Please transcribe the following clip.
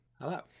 Hello